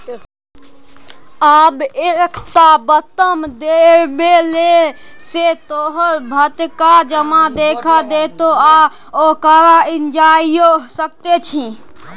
आब एकटा बटम देबेले सँ तोहर सभटा जमा देखा देतौ आ ओकरा भंजाइयो सकैत छी